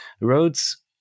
roads